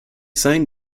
sein